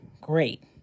great